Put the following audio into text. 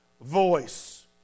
voice